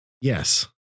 Yes